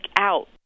out